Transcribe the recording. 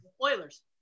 Spoilers